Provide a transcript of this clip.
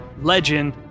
Legend